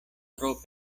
tro